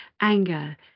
anger